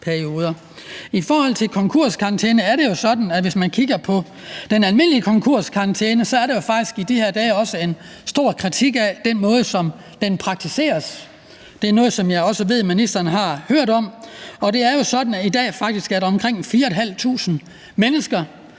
I forhold til konkurskarantæne er det jo sådan, at hvis man kigger på den almindelige konkurskarantæne, er der faktisk i de her dage en stor kritik af den måde, som den praktiseres på. Det er noget, som jeg også ved at ministeren har hørt om. Det er jo sådan, at der faktisk i dag er omkring 4.500 mennesker,